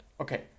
Okay